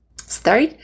start